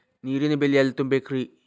ನೇರಿನ ಬಿಲ್ ಎಲ್ಲ ತುಂಬೇಕ್ರಿ?